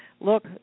look